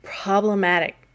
problematic